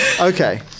Okay